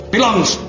Belongs